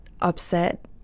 upset